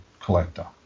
collector